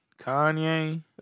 Kanye